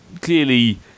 clearly